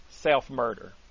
self-murder